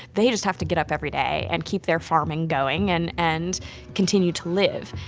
they just have to get up every day and keep their farming going, and and continue to live.